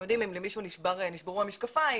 אם למישהו נשברו המשקפיים